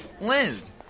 Liz